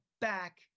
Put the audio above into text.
back